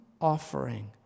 offering